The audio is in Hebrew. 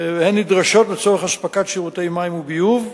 והן נדרשות לצורך אספקת שירותי מים וביוב,